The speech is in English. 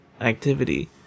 activity